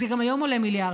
זה גם היום עולה מיליארדים,